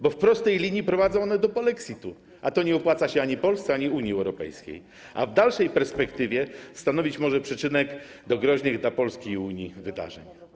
Bo w prostej linii prowadzą one do polexitu, a to nie opłaca się ani Polsce, ani Unii Europejskiej, a w dalszej perspektywie stanowić może przyczynek do groźnych dla Polski i Unii wydarzeń.